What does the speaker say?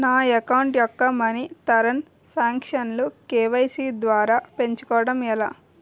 నా అకౌంట్ యెక్క మనీ తరణ్ సాంక్షన్ లు కే.వై.సీ ద్వారా పెంచుకోవడం ఎలా?